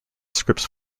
scripts